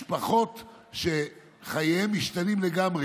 משפחות שחייהן משתנים לגמרי,